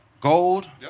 Gold